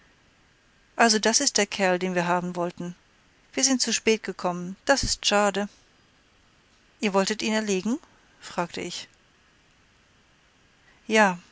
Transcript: also das ist der kerl den wir haben wollten wir sind zu spät gekommen das ist schade ihr wolltet ihn erlegen fragte ich ja